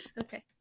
Okay